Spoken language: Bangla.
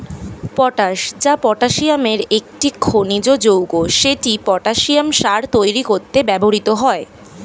পটাশ, যা পটাসিয়ামের একটি খনিজ যৌগ, সেটি পটাসিয়াম সার তৈরি করতে ব্যবহৃত হয়